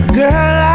girl